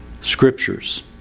scriptures